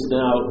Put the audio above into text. now